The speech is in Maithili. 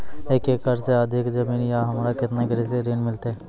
एक एकरऽ से अधिक जमीन या हमरा केतना कृषि ऋण मिलते?